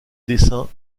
dessin